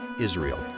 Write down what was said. Israel